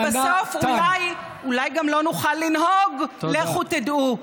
ובסוף אולי, אולי גם לא נוכל לנהוג, לכו תדעו.